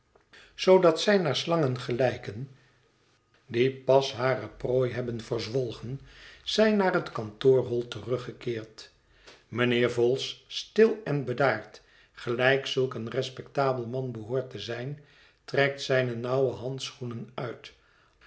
zoodat zij naar slangen gelijken die vragen en antwoorden pas hare prooi hebben verzwolgen zijn naar het kantoor hol teruggekeerd mijnheer vholes stil en bedaard gelijk zulk een respectabel man behoort te zijn trekt zijne nauwe handschoenen uit